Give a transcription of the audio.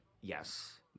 Yes